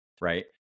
right